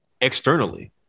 externally